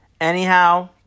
Anyhow